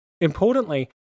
Importantly